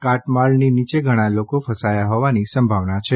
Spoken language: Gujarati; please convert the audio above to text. કાટમાળની નીચે ઘણાં લોકો ફસાયા હોવાની સંભાવના છે